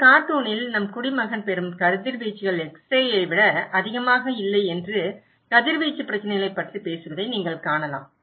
இந்த கார்ட்டூனில் நம் குடிமகன் பெறும் கதிர்வீச்சுகள் எக்ஸ்ரேயை விட அதிகமாக இல்லை என்று கதிர்வீச்சு பிரச்சினைகளைப் பற்றி பேசுவதை நீங்கள் காணலாம்